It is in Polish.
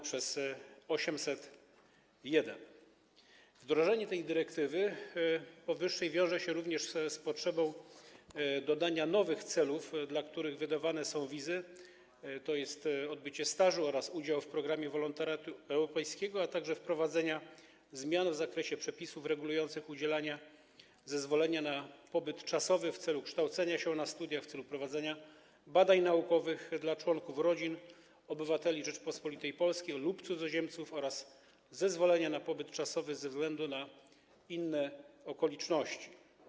Wdrożenie tej dyrektywy wiąże się z potrzebą dodania nowych celów, dla których wydawane są wizy, tj. odbycia stażu oraz udziału w programie wolontariatu europejskiego, a także wprowadzenia zmian w zakresie przepisów regulujących udzielanie zezwolenia na pobyt czasowy w celu kształcenia się na studiach, w celu prowadzenia badań naukowych, dla członków rodzin obywateli Rzeczypospolitej Polskie lub cudzoziemców oraz zezwolenia na pobyt czasowy ze względu na inne okoliczności.